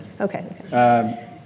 Okay